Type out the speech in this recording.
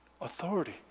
authority